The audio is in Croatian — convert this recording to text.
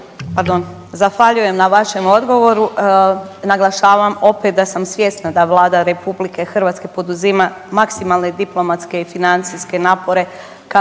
Pardon, zahvaljujem na vašem odgovoru. Naglašavam opet da sam svjesna da Vlada RH poduzima maksimalne diplomatske i financijske napore kako